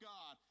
God